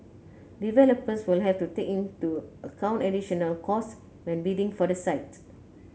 developers will have to take into account additional costs when bidding for the site